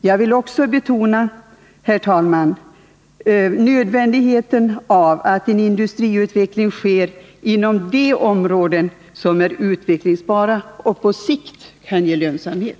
Jag vill också, herr talman, betona nödvändigheten av att en industriut veckling sker inom de områden som är utvecklingsbara och på sikt kan ge lönsamhet.